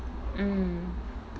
mm